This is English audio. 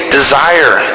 desire